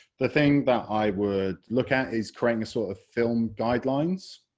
the thing that i would look at is creating so ah film guidelines,